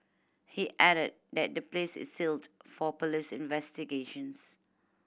he added that the place is sealed for police investigations